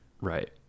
right